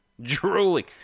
Drooling